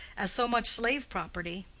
as so much slave property.